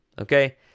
Okay